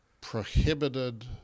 prohibited